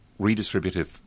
redistributive